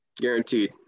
Guaranteed